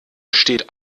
besteht